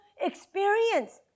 experience